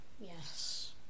Yes